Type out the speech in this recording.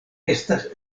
estas